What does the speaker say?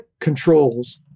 controls